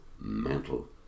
mental